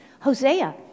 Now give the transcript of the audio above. Hosea